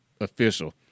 official